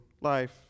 life